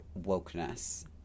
wokeness